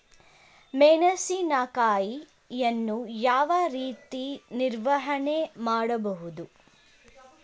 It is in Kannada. ಮೆಣಸಿನಕಾಯಿಯನ್ನು ಯಾವ ರೀತಿ ನಿರ್ವಹಣೆ ಮಾಡಬಹುದು?